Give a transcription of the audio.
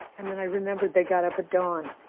and then, i remembered they got up at dawn,